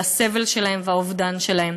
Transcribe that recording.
על חשבון הסבל שלהם והאובדן שלהם.